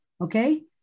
Okay